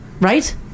right